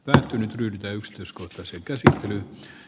minä tyydytä yksityiskohtaisia käsin